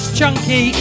Chunky